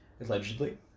allegedly